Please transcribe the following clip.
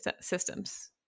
systems